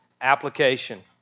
application